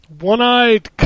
One-eyed